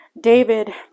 David